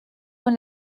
con